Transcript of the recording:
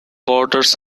borders